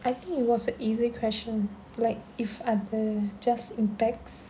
I think it was a easy question like if other just impacts